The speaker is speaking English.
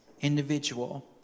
individual